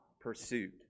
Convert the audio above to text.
pursuit